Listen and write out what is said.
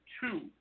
two